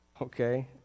Okay